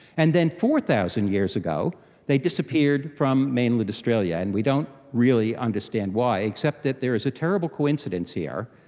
and then four thousand years ago they disappeared from mainland australia, and we don't really understand why except that there is a terrible coincidence here,